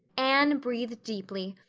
anne breathed deeply,